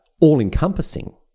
all-encompassing